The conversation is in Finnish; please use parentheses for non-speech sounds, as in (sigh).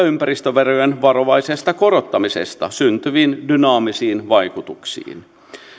(unintelligible) ympäristöverojen varovaisesta korottamisesta syntyviin dynaamisiin vaikutuksiin